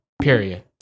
period